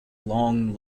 long